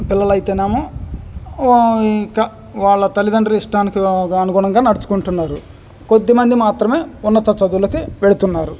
పిల్లలు అయితేనేమో వాళ్ళ తల్లిదండ్రుల ఇష్టానికి అనుగుణంగా నడుచుకుంటున్నారు కొద్దిమంది మాత్రమే ఉన్నత చదువులకి వెళుతున్నారు